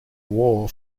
war